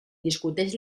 discuteix